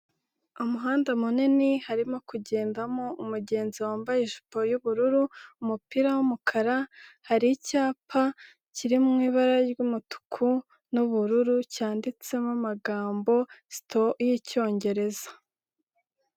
Umuhanda munini harimo kugendamo umugenzi wambaye ijipo y'ubururu, umupira w'umukara, hari icyapa kiri mu ibara ry'umutuku n'ubururu, cyanditsemo amagambo STOP y'icyongereza.